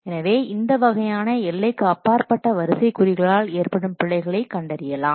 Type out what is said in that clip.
எனவே இந்த வகையான எல்லைக்கு அப்பாற்பட்ட வரிசை குறிகளால் ஏற்படும் பிழைகளை கண்டறியலாம்